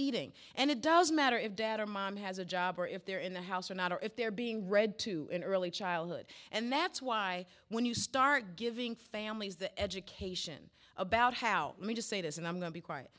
eating and it doesn't matter if dad or mom has a job or if they're in the house or not or if they're being read to an early childhood and that's why when you start giving families the education about how me to say this and i'm going to be quiet